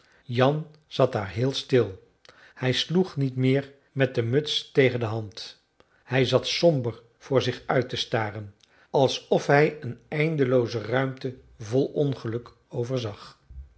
jan zat daar heel stil hij sloeg niet meer met de muts tegen de hand hij zat somber voor zich uit te staren alsof hij een eindelooze ruimte vol ongeluk overzag